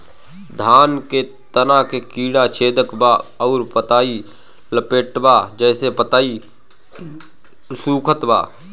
धान के तना के कीड़ा छेदत बा अउर पतई लपेटतबा जेसे पतई सूखत बा?